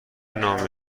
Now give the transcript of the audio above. نامه